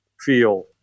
feel